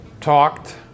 talked